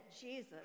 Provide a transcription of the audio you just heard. Jesus